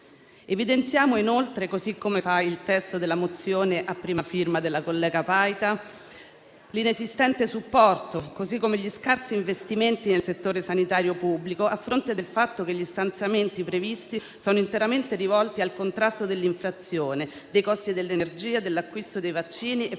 Evidenziamo inoltre, così come fa il testo della mozione a prima firma della collega Paita, l'inesistente supporto così come gli scarsi investimenti nel settore sanitario pubblico a fronte del fatto che gli stanziamenti previsti sono interamente rivolti al contrasto dell'inflazione, dei costi dell'energia, dell'acquisto dei vaccini e farmaci